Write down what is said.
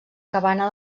cabana